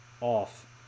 off